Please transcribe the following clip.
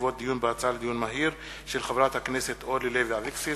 הצעתה של חברת הכנסת אורלי לוי אבקסיס.